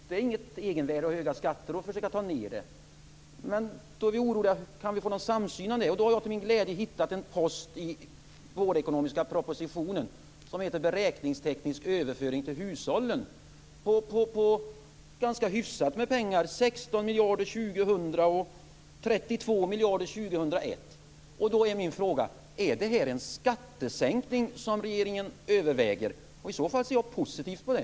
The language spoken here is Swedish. Det är inget egenvärde att ha höga skatter, utan vi skall försöka att ta ned skattetrycket. Vi är oroliga och undrar: Kan vi få någon samsyn om det? Jag har då till min glädje i den ekonomiska vårpropositionen hittat en post som heter Beräkningsteknisk överföring till hushållen på ganska hyfsat med pengar. Det är 16 miljarder år 2000 och 32 miljarder år 2001. Min fråga är då: Är det en skattesänkning som regeringen överväger? I så fall ser jag positivt på det.